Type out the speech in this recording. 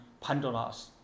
Pandora's